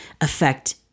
affect